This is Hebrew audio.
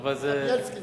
וגם בילסקי.